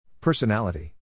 Personality